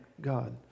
God